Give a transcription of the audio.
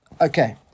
Okay